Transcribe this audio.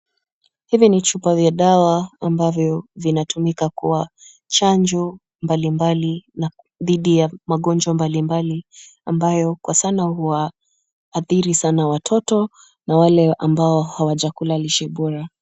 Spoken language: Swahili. Hivi ni chupa vya dawa ambavyo vinatumika kwa chanjo mbali mbali na dhidi ya magonjwa mbali mbali ambayo kwa sana huwa athiri sana watoto na wale ambao hawaja kula lishe bora.